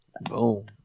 Boom